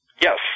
Yes